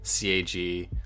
CAG